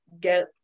get